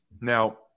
Now